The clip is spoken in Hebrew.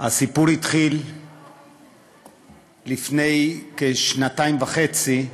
הסיפור התחיל לפני כשנתיים וחצי,